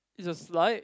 is a slide